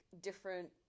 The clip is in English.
different